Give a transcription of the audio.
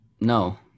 no